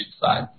side